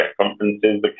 conferences